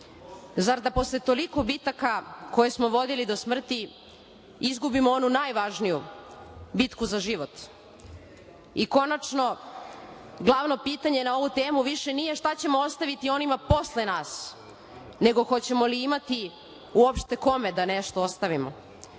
Zar da posle toliko bitaka koje smo vodili do smrti izgubimo onu najvažniju – bitku za život?I konačno glavno pitanje na ovu temu više nije šta ćemo ostaviti onima posle nas, nego hoćemo li imati uopšte kome da nešto ostavimo? To